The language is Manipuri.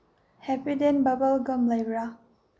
ꯍꯦꯄꯤꯗꯦꯟ ꯕꯕꯜ ꯒꯝ ꯂꯩꯕ꯭ꯔꯥ